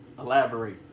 Elaborate